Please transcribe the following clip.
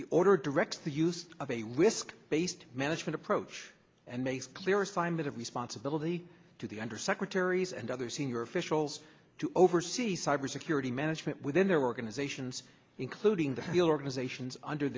the order directs the use of a risk based management approach and mayfly are assigned a responsibility to the under secretaries and other senior officials to oversee cybersecurity management within their organizations including the field organizations under